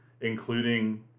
including